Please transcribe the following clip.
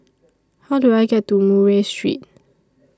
How Do I get to Murray Street